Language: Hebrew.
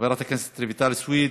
חברת הכנסת רויטל סויד,